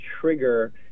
trigger